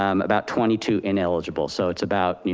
um about twenty two ineligible, so it's about, you